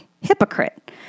Hypocrite